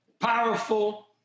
powerful